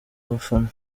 abafana